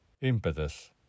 impetus